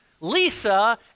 Lisa